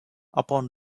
upon